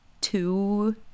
two